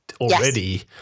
already